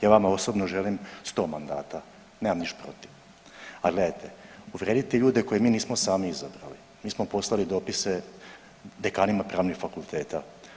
Ja vama osobno želim 100 mandata, nema ništa protiv, ali gledajte uvrediti ljude koje mi nismo sami izabrali, mi smo poslati dopise dekanima pravnih fakulteta.